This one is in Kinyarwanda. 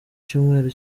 cyumweru